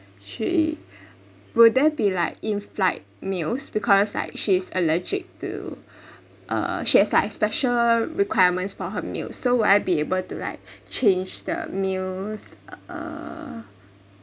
she will there be like in flight meals because like she's allergic to uh she has like special requirements for her meals so will I be able to like change the meals uh